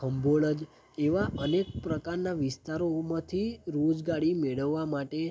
ખંભોળજ એવા અનેક પ્રકારના વિસ્તારોમાંથી રોજગારી મેળવવા માટે